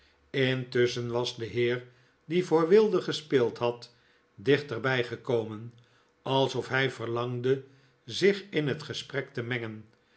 intusschen was de heer die voor wilde gespeeld had dichterbij gekomen alsof hij verlangde zich in het gesprek te mengen